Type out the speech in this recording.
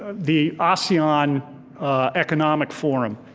the asean economic forum,